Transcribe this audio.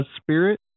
spirit